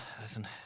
Listen